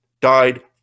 died